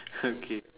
okay